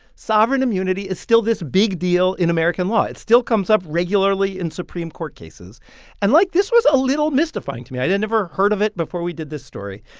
sovereign immunity is still this big deal in american law. it still comes up regularly in supreme court cases and, like, this was a little mystifying to me. i had never heard of it before we did this story.